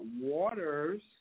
waters